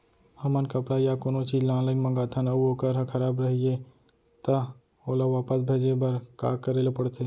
हमन कपड़ा या कोनो चीज ल ऑनलाइन मँगाथन अऊ वोकर ह खराब रहिये ता ओला वापस भेजे बर का करे ल पढ़थे?